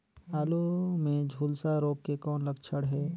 आलू मे झुलसा रोग के कौन लक्षण हे?